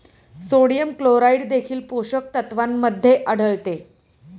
sodium chloride देखील पोषक तत्वांमध्ये आढळते